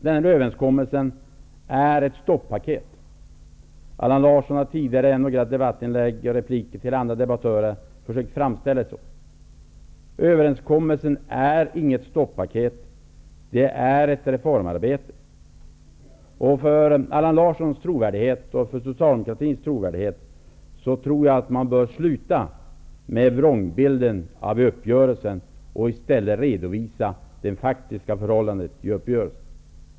Allan Larsson har i repliker till andra deltagare i den här debatten försökt framställa den andra överenskommelsen som ett stoppaket. Överenskommelsen är inget stoppaket, utan den är ett reformarbete. För Allan Larssons och Socialdemokraternas trovärdighet tror jag att det är viktigt att man slutar att sprida vrångbilder av uppgörelsen och i stället redovisar det faktiska innehållet i uppgörelsen.